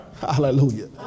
hallelujah